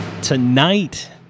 Tonight